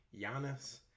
Giannis